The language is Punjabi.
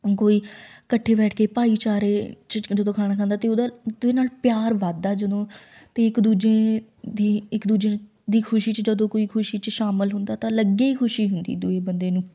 ਕੋਈ ਇਕੱਠੇ ਬੈਠ ਕੇ ਭਾਈਚਾਰੇ 'ਚ ਜਦੋਂ ਖਾਣਾ ਖਾਂਦਾ ਅਤੇ ਉਹਦਾ ਨਾਲ ਪਿਆਰ ਵੱਧਦਾ ਜਦੋਂ ਤੀਕ ਦੂਜੇ ਦੀ ਇੱਕ ਦੂਜੇ ਦੀ ਖੁਸ਼ੀ 'ਚ ਜਦੋਂ ਕੋਈ ਖੁਸ਼ੀ 'ਚ ਸ਼ਾਮਲ ਹੁੰਦਾ ਤਾਂ ਅਲੱਗੇ ਹੀ ਖੁਸ਼ੀ ਹੁੰਦੀ ਦੂਏ ਬੰਦੇ ਨੂੰ